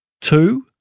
two